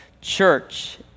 church